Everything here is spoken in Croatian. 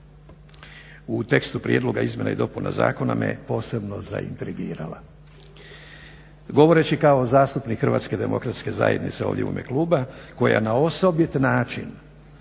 u tekstu prijedloga izmjena i dopuna zakona me posebno zaintrigirala. Govoreći kao zastupnik HDZ-a ovdje u ime kluba koja na osobit način